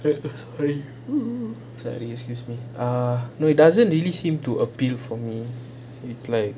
sorry !woohoo! sorry excuse me err it's doesn't really seem to appeal to me seem like